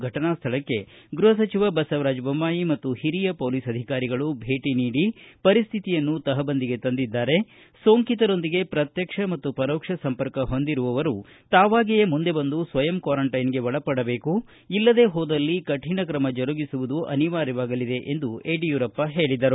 ಫಟನಾ ಸ್ಟಳಕ್ಕ ಗೃಹ ಸಚಿವ ಬಸವರಾಜ ಬೊಮ್ಮಾಯಿ ಮತ್ತು ಹಿರಿಯ ಪೊಲೀಸ್ ಅಧಿಕಾರಿಗಳು ಭೇಟಿ ನೀಡಿ ಪರಿಸ್ತಿತಿಯನ್ನು ತಹಬದಿಗೆ ತಂದಿದ್ದಾರೆ ಸೋಂಕಿತರೊಂದಿಗೆ ಪ್ರತ್ಯಕ್ಷ ಮತ್ತು ಪರೋಕ್ಷ ಸಂಪರ್ಕ ಹೊಂದಿರುವವರು ತಾವಾಗಿಯೇ ಮುಂದೆ ಬಂದು ಸ್ವಯಂ ಕ್ವಾರಂಟೈನ್ಗೆ ಒಳಪಡಬೇಕು ಇಲ್ಲದೇ ಹೋದಲ್ಲಿ ಕರಣ ಕ್ರಮ ಜರುಗಿಸುವುದು ಅನಿವಾರ್ಯವಾಗಲಿದೆ ಎಂದು ಅವರು ಹೇಳಿದರು